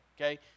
okay